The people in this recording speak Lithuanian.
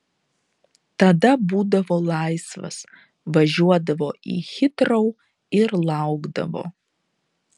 tada būdavo laisvas važiuodavo į hitrou ir laukdavo